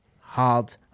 hard